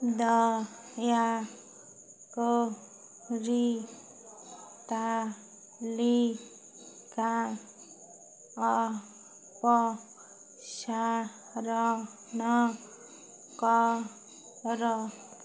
ଦୟାକରି ତାଲିକା ଅପସାରଣ କର